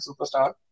superstar